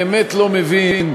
באמת לא מבין,